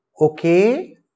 Okay